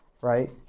right